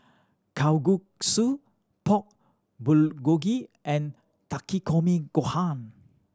Kalguksu Pork Bulgogi and Takikomi Gohan